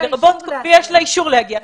ויש לה אישור להגיע,